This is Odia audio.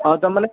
ହଁ ତ ମାନେ